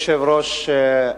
כבוד היושב-ראש,